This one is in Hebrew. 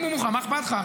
אם הוא מוכן, מה אכפת לך?